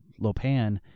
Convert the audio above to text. Lopan